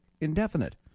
indefinite